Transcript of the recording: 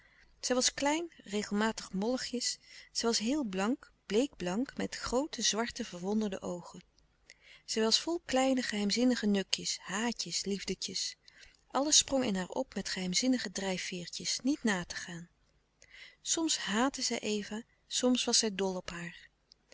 zij was klein regelmatig molligjes zij was heel blank bleek blank met groote zwarte verwonderde oogen zij was vol kleine geheimzinnige nukjes haatjes liefde tjes alles sprong in haar op met geheimzinnige drijfveertjes niet na te gaan soms haatte zij eva soms was zij dol op haar